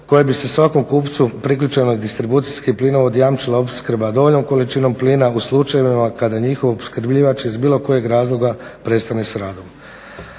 koja bi se svakom kupcu priključenom na distribucijski plinovod jamčila opskrba dovoljnom količinom plina u slučajevima kada njihov opskrbljivač iz bilo kojeg razloga prestane sa radom.